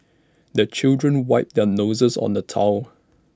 the children wipe their noses on the towel